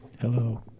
Hello